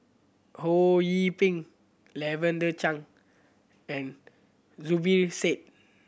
Ho Yee Ping Lavender Chang and Zubir Said